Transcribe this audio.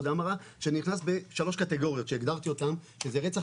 שנכנס בשלוש קטגוריות שהגדרתי אותם שהן רצח,